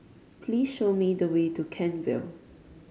please show me the way to Kent Vale